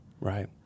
right